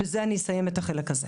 בזה אסיים את החלק הזה.